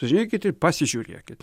užeikit pasižiūrėkit